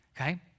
Okay